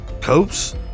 Copes